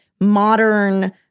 modern